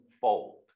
fold